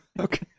Okay